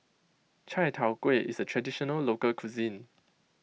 Chai Tow Kuay is a Traditional Local Cuisine